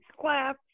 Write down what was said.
clap